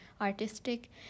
artistic